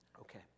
Okay